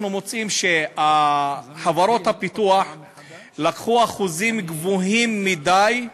אנחנו מוצאים שחברות הביטוח לקחו אחוזים גבוהים מדי,